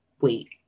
wait